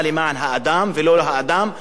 ולא האדם למען המדינה.